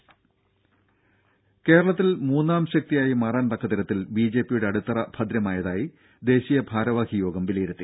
രുര കേരളത്തിൽ മൂന്നാം ശക്തിയായി മാറാൻതക്ക തരത്തിൽ ബിജെപിയുടെ അടിത്തറ ഭദ്രമായതായി ദേശീയ ഭാരവാഹി യോഗം വിലയിരുത്തി